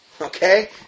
okay